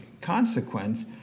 consequence